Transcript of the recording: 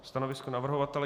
Stanovisko navrhovatele k B5?